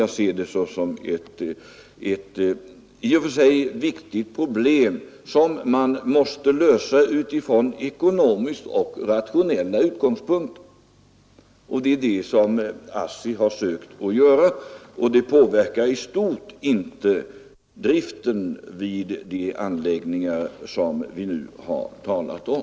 Jag ser detta såsom ett i och för sig viktigt problem som måste lösas från ekonomiska och rationella utgångspunkter. Det är vad ASSI sökt göra. Det påverkar i stort sett inte driften vid de anläggningar som vi nu har talat om.